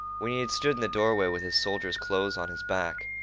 when he had stood in the doorway with his soldier's clothes on his back,